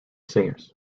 singers